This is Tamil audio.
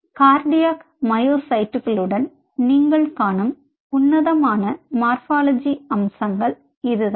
கார்டியாக் மயோசைட்டுகளுடன் நீங்கள் காணும் உன்னதமான மார்பலாஜி அம்சங்கள் இதுதான்